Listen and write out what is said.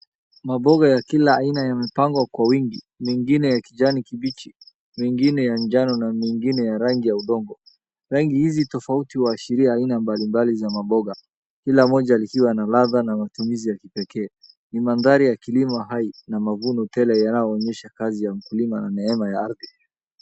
Maboga ya kila aina yamepangwa kwa wingi, meingine ya kijani kibichi, mengine yanjano na mengine ya rangi ya udongo. Rangi hizi tofauti huashiria aina mbalimbali za maboga, kila moja likiwa na ladha na matumizi ya kipekee. Ni mandhari ya kilimo hai na mavuno tele yanayoonesha kazi ya ukulima na neema ya ardhi.